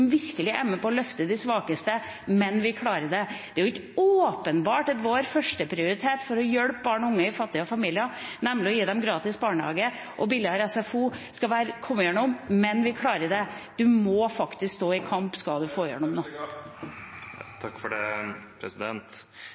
virkelig er med på å få løftet de svakeste – men vi klarer det. Det er ikke åpenbart at vår førsteprioritet for å hjelpe barn og unge i fattige familier, nemlig å gi dem gratis barnehage og billigere SFO, skal gå gjennom – men vi klarer det. Man må faktisk stå i kamp om man skal få igjennom noe.